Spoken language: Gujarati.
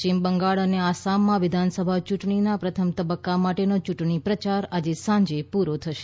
પશ્ચિમ બંગાળ અને આસામમાં વિધાનસભા ચૂંટણીના પ્રથમ તબક્કા માટેનો યૂંટણી પ્રચાર આજે સાંજે પૂરો થશે